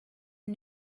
was